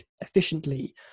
efficiently